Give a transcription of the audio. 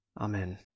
Amen